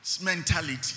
mentality